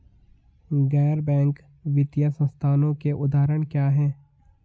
गैर बैंक वित्तीय संस्थानों के उदाहरण क्या हैं?